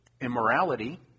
immorality